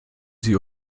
sie